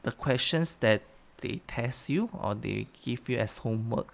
the questions that they test you or they give you as homework